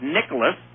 Nicholas